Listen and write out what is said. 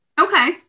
Okay